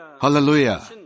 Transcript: Hallelujah